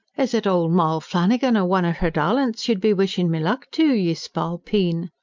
is it old moll flannigan or one of her darlints you'd be wishing me luck to, ye spalpeen?